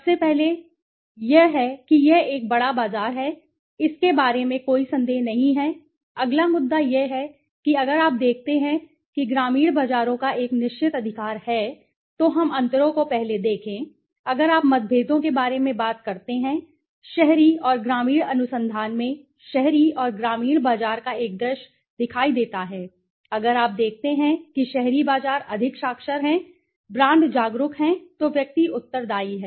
सबसे पहले तो पहला यह है कि यह एक बड़ा बाजार है इसके बारे में कोई संदेह नहीं है अगला मुद्दा यह है कि अगर आप देखते हैं कि ग्रामीण बाजारों का एक निश्चित अधिकार है तो हम अंतरों को पहले देखें अगर आप मतभेदों के बारे में बात करते हैं शहरी और ग्रामीण अनुसंधान में शहरी और ग्रामीण बाजार का एक दृश्य दिखाई देता है अगर आप देखते हैं कि शहरी बाजार अधिक साक्षर हैं ब्रांड जागरूक हैं तो व्यक्ति उत्तरदायी है